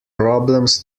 problems